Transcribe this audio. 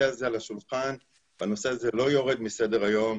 הזה על השולחן והנושא הזה לא יורד מסדר היום,